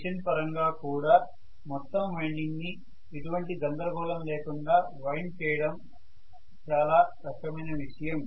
machine పరంగా కూడా మొత్తం వైండింగ్ ని ఎటువంటి గందరగోళం లేకుండా వైండ్ చేయడం చాలా కష్టమైన విషయం